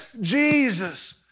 Jesus